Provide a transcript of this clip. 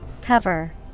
Cover